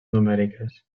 numèriques